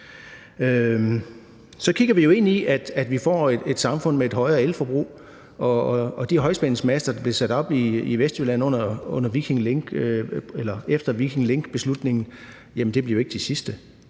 Så kigger vi jo ind i, at vi får et samfund med et højere elforbrug. Og de højspændingsmaster, der blev sat op i Vestjylland efter Viking Link-beslutningen, bliver jo ikke de sidste.